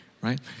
right